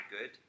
good